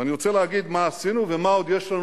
יש כלל בהיסטוריה, ויש כלל